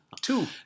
Two